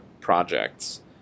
projects